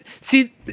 see